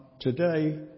today